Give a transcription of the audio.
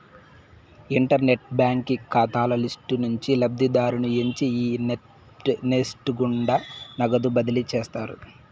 internet బాంకీ కాతాల list నుంచి లబ్ధిదారుని ఎంచి ఈ నెస్ట్ గుండా నగదు బదిలీ చేస్తారు